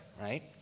right